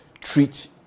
treat